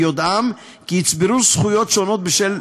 ביודעם כי יצברו זכויות שונות בשל